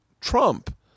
Trump